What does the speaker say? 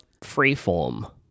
Freeform